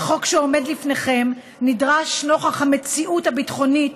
החוק שעומד לפניכם נדרש נוכח המציאות הביטחונית